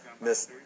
Miss